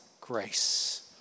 grace